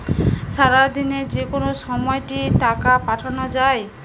সারাদিনে যেকোনো সময় কি টাকা পাঠানো য়ায়?